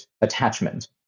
attachment